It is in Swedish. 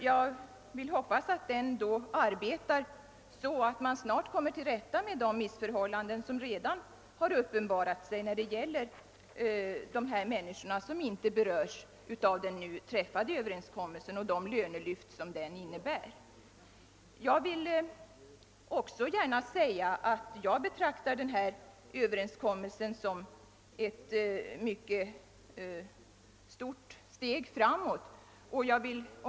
Jag vill hoppas att den arbetar så, att man snart kommer till rätta med de missförhållanden som redan har uppenbarat sig när det gäller dessa människor, som inte berörs av den nu träffade överenskommelsen och de lönelyft som den innebär. Jag vill också gärna säga att jag betraktar denna överenskommelse som ett mycket stort steg framåt.